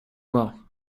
well